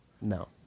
no